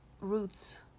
roots